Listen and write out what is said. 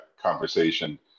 conversation